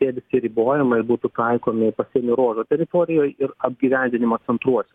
tie visi ribojimai būtų taikomi pasienio ruožo teritorijoj ir apgyvendinimo centruose